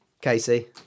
Casey